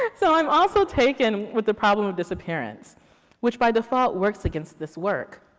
and so am also taking with the problem of disappearance which by the thought works against this work.